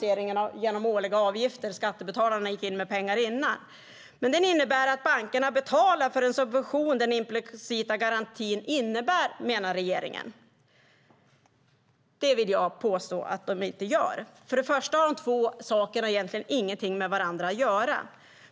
Regeringen har i olika sammanhang framfört åsikten att bankerna därigenom betalar för den subvention den implicita garantin innebär. Det vill jag påstå att de inte gör. För det första har de två sakerna egentligen ingenting med varandra att göra.